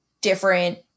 different